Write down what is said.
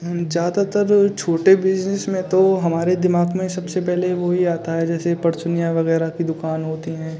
हं ज़्यादातर छोटे बिजनेस में तो हमारे दिमाघ में सबसे पहले वही आता है जैसे परचुनिया वग़ैरह की दुकान होती है